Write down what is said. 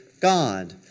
God